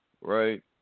Right